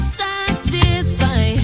satisfy